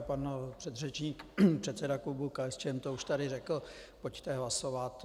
Pan předřečník, předseda klubu KSČM, to už tady řekl: pojďte hlasovat.